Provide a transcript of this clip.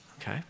okay